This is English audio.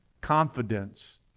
confidence